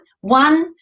one